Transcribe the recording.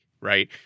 right